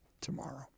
tomorrow